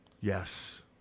Yes